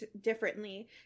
differently